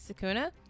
Sakuna